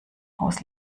haus